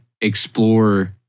explore